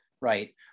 right